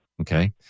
okay